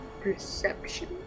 perception